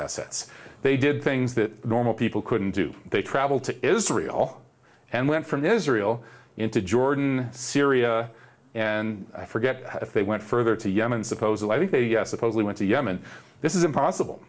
assets they did things that normal people couldn't do they travel to israel and went from israel into jordan syria and i forget if they went further to yemen supposedly i think they supposedly went to yemen this is impossible